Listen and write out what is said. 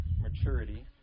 maturity